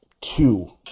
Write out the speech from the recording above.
two